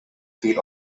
feet